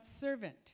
servant